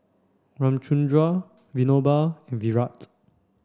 Ramchundra Vinoba and Virat